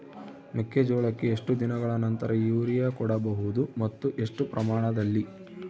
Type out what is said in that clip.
ಮೆಕ್ಕೆಜೋಳಕ್ಕೆ ಎಷ್ಟು ದಿನಗಳ ನಂತರ ಯೂರಿಯಾ ಕೊಡಬಹುದು ಮತ್ತು ಎಷ್ಟು ಪ್ರಮಾಣದಲ್ಲಿ?